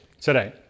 today